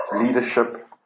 leadership